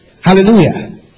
Hallelujah